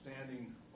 standing